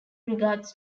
regards